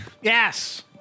Yes